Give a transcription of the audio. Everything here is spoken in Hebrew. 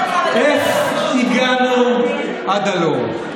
איך הגענו עד הלום.